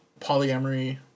polyamory